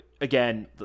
again